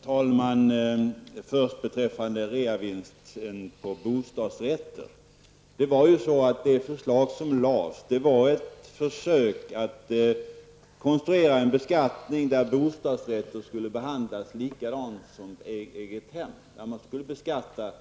Herr talman! Först beträffande reavinsten på bostadsrätter: Det förslag som lades var ett försök att konstruera en beskattning där bostadsrätterna skulle behandlas likadant som egnahem. De skulle alltså beskattas